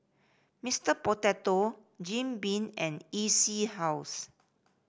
Mister Potato Jim Beam and E C House